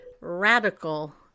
radical